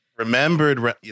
Remembered